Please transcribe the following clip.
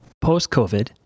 Post-COVID